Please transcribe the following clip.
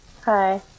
Hi